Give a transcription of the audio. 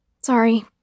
Sorry